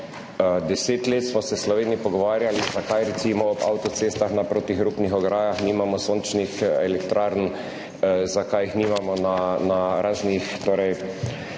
Deset let smo se v Sloveniji pogovarjali, zakaj recimo ob avtocestah na protihrupnih ograjah nimamo sončnih elektrarn, zakaj jih nimamo na raznih škarpah